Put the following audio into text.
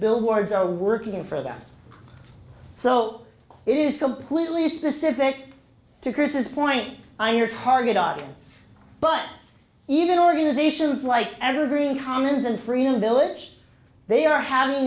billboards are working for them so it is completely specific to chris's point and your target audience but even organizations like edward green commons and freedom village they are having